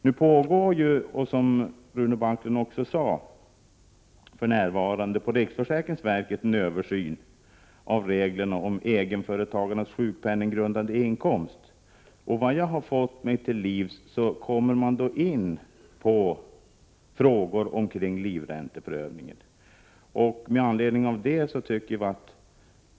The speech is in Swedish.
Nu pågår, som Rune Backlund sade, på riksförsäkringsverket en översyn av reglerna om egenföretagarnas sjukpenninggrundande inkomst. Såvitt jag förstår kommer man vid denna översyn även att ta upp frågor som rör livränteprövningen.